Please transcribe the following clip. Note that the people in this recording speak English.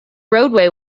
roadway